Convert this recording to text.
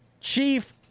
chief